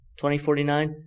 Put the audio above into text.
2049